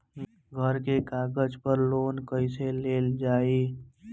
घर के कागज पर लोन कईसे लेल जाई?